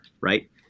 right